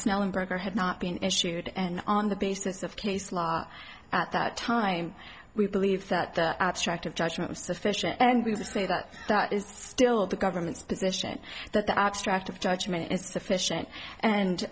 smelling burger had not been issued and on the basis of case law at that time we believed that the abstract of judgment was sufficient and we say that that is still the government's position that the abstract of judgment is sufficient and